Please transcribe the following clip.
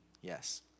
yes